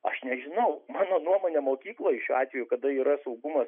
aš nežinau mano nuomone mokykloj šiuo atveju kada yra saugumas